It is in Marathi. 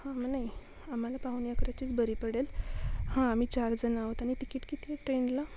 नाही आम्हाला पाऊणे अकराचीच बरी पडेल हां आम्ही चार जणं आहोत आणि तिकीट किती आहे ट्रेनला